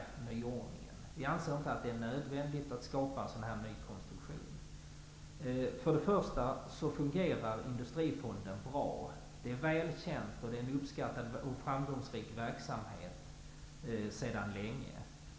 Vi anser inte att det är nödvändigt med en sådan ny konstruktion. Först och främst fungerar Industrifonden bra. Det är väl känt att den bedriver en sedan länge uppskattad och framgångsrik verksamhet.